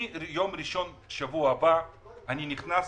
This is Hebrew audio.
מיום ראשון בשבוע הבא אני נכנס